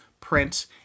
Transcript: print